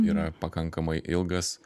yra pakankamai ilgas